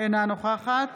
אינה נוכחת